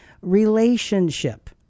relationship